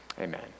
Amen